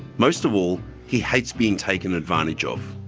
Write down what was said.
most of all, he hates being taken advantage of.